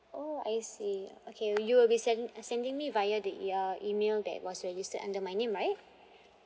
oh I see okay you will be send uh sending me via the uh email that was registered under my name right